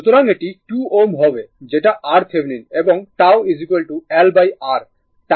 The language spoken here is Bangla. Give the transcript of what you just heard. সুতরাং এটি 2 Ω হবে যেটা RThevenin এবং τ LR টাইম কনস্ট্যান্ট খুঁজে বের করতে পারা যাবে